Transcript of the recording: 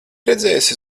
redzējusi